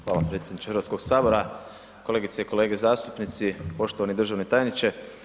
Hvala predsjedniče Hrvatskoga sabora, kolegice i kolege zastupnici, poštovani državni tajniče.